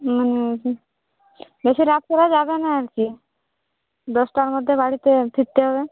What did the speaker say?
হুম বেশি রাত করা যাবে না আর কি দশটার মধ্যে বাড়িতে ঢুকতে হবে